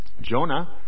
Jonah